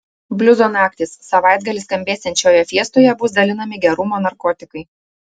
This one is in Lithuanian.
bliuzo naktys savaitgalį skambėsiančioje fiestoje bus dalinami gerumo narkotikai